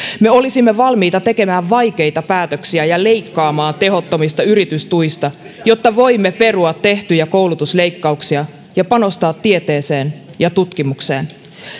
me olisimme valmiita tekemään vaikeita päätöksiä ja leikkaamaan tehottomista yritystuista jotta voimme perua tehtyjä koulutusleikkauksia ja panostaa tieteeseen ja tutkimukseen